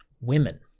women